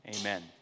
amen